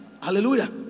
Hallelujah